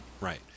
Right